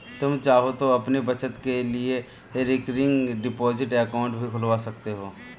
तुम चाहो तो अपनी बचत के लिए रिकरिंग डिपॉजिट अकाउंट भी खुलवा सकते हो